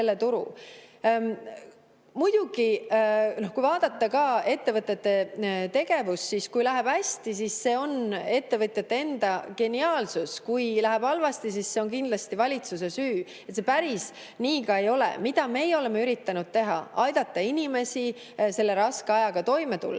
Muidugi, kui vaadata ettevõtete tegevust, siis [on nii, et] kui läheb hästi, on see ettevõtjate enda geniaalsus, kui läheb halvasti, siis see on kindlasti valitsuse süü. See päris nii ka ei ole. Mida meie oleme üritanud teha: aidata inimesi selle raske ajaga toime tulla,